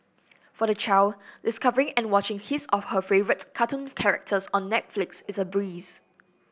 for the child discovering and watching his or her favourite cartoon characters on Netflix is a breeze